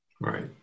Right